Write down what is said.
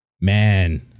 man